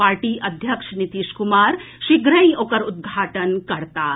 party अध्यक्ष नीतीश कुमार शीघ्रहि ओकर उद्घाटन करताह